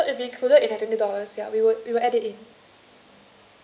uh ya ya so if included in the twenty dollars ya we will we will add it in